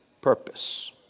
purpose